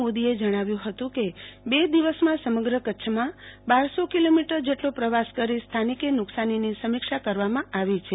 મોદીએ જણાવ્યુ હતુ કે બે દિવસમાં સમગ્ર કચ્છમાં બારસોકિલોમીટર જેટલો પ્રવાસ કરી સ્થાનીકે નુકસાનીની સમીક્ષા કરવામાં આવી છે